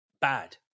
bad